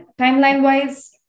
timeline-wise